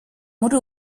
muri